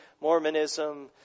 Mormonism